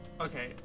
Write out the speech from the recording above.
Okay